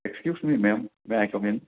excuse me ma'am may I come in